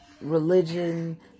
religion